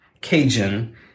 Cajun